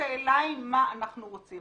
השאלה היא מה אנחנו רוצים.